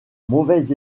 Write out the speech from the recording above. mauvais